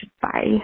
Bye